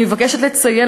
אני מבקשת לציין,